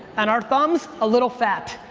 and our thumb's a little fat.